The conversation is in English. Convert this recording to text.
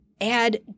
add